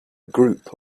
group